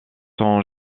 sont